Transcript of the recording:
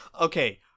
Okay